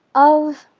of.